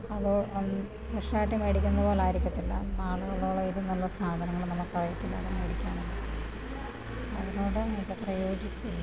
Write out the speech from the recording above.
അത് ഫ്രഷായിട്ട് മേടിക്കുന്ന പോലെ ആയിരിക്കത്തില്ല നാളുകളോളം ഇരുന്നുള്ള സാധനങ്ങൾ നമുക്ക് അറിയത്തില്ല അത് മേടിക്കാൻ അതിനോട് എനിക്ക് അത്ര യോജിപ്പില്ല